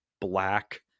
black